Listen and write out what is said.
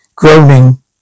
Groaning